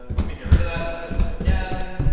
let me get rid of that and let it run again.